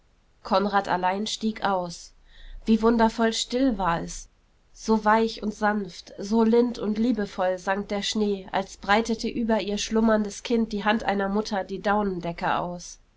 konrad allein stieg aus wie wundervoll still es war so weich und sanft so lind und liebevoll sank der schnee als breitete über ihr schlummerndes kind die hand einer mutter die daunendecke aus